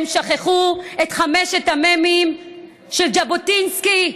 הם שכחו את חמשת המ"מים של ז'בוטינסקי,